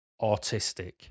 autistic